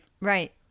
Right